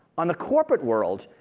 on the corporate world,